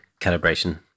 calibration